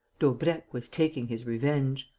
daubrecq was taking his revenge.